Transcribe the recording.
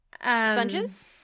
Sponges